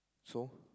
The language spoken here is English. so